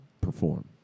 perform